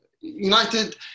United